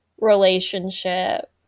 relationship